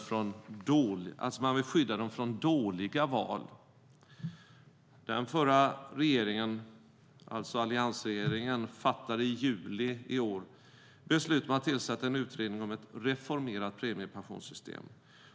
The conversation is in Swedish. Man vill alltså skydda dem från dåliga val. Den förra regeringen, alliansregeringen, fattade i juli i år beslut om att tillsätta en utredning om ett reformerat premiepensionssystem.